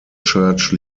church